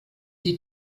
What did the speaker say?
die